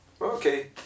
Okay